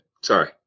Sorry